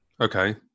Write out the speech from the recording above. Okay